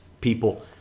people